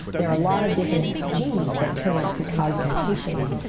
there are a lot of different genes that turn out to cause mutations,